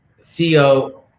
Theo